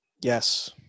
Yes